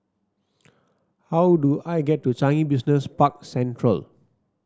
how do I get to Changi Business Park Central